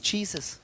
Jesus